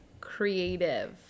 creative